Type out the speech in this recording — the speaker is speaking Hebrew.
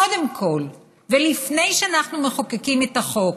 קודם כול, לפני שאנחנו מחוקקים את החוק,